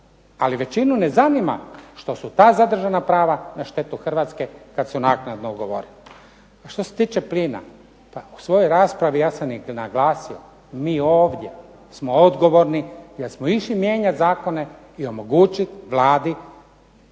ali većinu ne zanima što su ta zadržana prava na štetu Hrvatske kad su naknadno ugovoreni. A što se tiče plina, pa u svojoj raspravi ja sam i naglasio mi ovdje smo odgovorni jer smo išli mijenjati zakone i omogućiti Vladi da